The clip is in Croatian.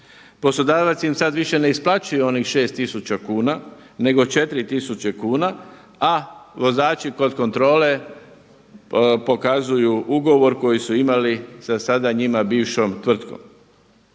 Poslodavac im sad više ne isplaćuje onih 6000 kuna nego 4000 kuna, a vozači kod kontrole pokazuju ugovor koji su imali za sada njima bivšom tvrtkom.